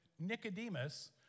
Nicodemus